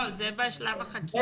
לא, זה בשלב החקירה.